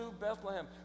Bethlehem